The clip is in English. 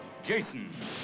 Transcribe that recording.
Jason